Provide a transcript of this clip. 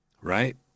right